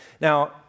Now